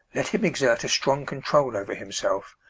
let him exert a strong control over himself,